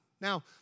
Now